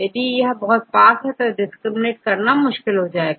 यदि यह बहुत पास हो तो डिस्क्रिमिनेट करना मुश्किल होता है